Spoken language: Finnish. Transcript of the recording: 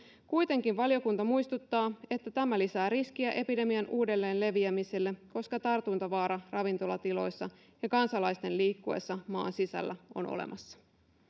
kuitenkin valiokunta muistuttaa että tämä lisää riskiä epidemian uudelleen leviämiselle koska tartuntavaara ravintolatiloissa ja kansalaisten liikkuessa maan sisällä on olemassa